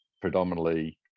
predominantly